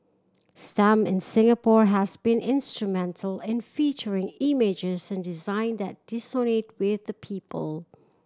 stamp in Singapore has been instrumental in featuring images and design that with the people